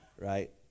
right